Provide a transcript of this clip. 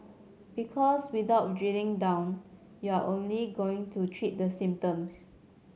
because without drilling down you're only going to treat the symptoms